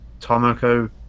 Tomoko